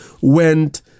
went